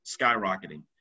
skyrocketing